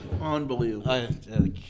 Unbelievable